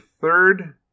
third